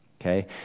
okay